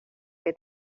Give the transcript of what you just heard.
que